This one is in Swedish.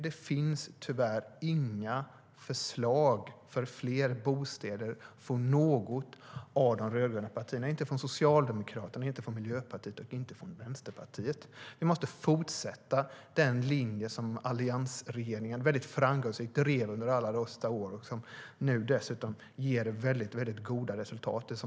Det finns tyvärr inga förslag för fler bostäder från något av de rödgröna partierna - inte från Socialdemokraterna, inte från Miljöpartiet och inte från Vänsterpartiet. Vi måste fortsätta den linje som alliansregeringen mycket framgångsrikt drev under alla år och som nu dessutom ger mycket goda resultat.